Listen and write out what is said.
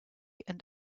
and